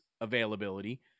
availability